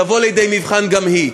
תבוא לידי מבחן גם היא.